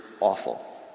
awful